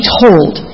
told